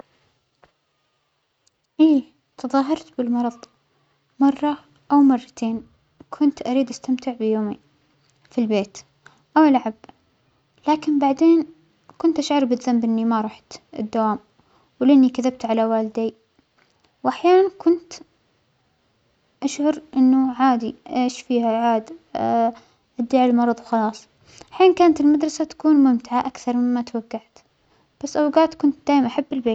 إيه تظاهرت بالمرض مرة أو مرتين كنت أريد أستمتع بيومى في البيت أو ألعب، لكن بعدين كنت أشعر بالذنب إنى مارحت الدوام ولأنى كذبت على والداى، وأحيانا كنت أشعر أنو عادى أيش فيها هاد أدعى المرض وخلاص، حين كانت المدرسة تكون ممتعة أكثر مما توجعت، بس أوجات كنت دائما أحب البيت.